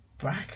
back